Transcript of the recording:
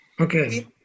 Okay